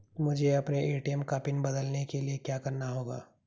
मुझे अपने ए.टी.एम का पिन बदलने के लिए क्या करना होगा?